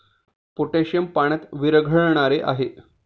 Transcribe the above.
potassium पाण्यात विरघळणारे आहे